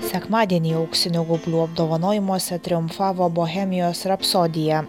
sekmadienį auksinių gaublių apdovanojimuose triumfavo bohemijos rapsodija